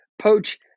poach